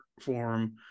form